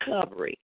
recovery